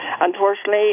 Unfortunately